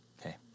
okay